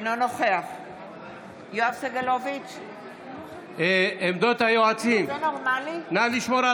אינו נוכח יואב סגלוביץ' בעד יבגני סובה,